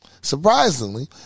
Surprisingly